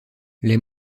les